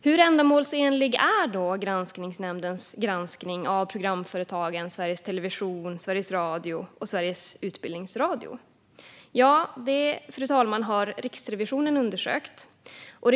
Hur ändamålsenlig är då granskningsnämndens granskning av programföretagen Sveriges Television, Sveriges Radio och Sveriges Utbildningsradio? Det har Riksrevisionen undersökt, fru talman.